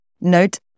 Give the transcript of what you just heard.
Note